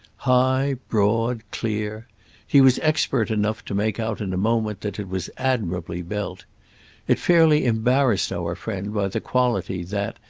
high broad clear he was expert enough to make out in a moment that it was admirably built it fairly embarrassed our friend by the quality that,